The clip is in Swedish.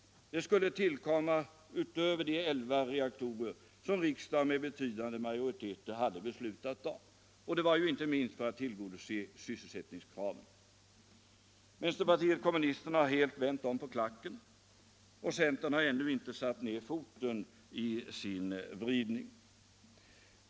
De skulle tillkomma utöver de reaktorer som riksdagen med betydande majoritet hade beslutat om, och det var inte minst för att tillgodose sysselsättningskravet. Vänsterpartiet kommunisterna har helt vänt om på klacken, och centern har ännu inte satt ner foten i sin vridning.